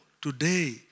today